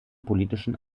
politischen